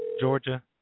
Georgia